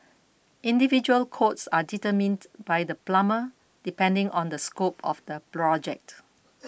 individual quotes are determined by the plumber depending on the scope of the project